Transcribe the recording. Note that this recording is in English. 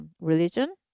religion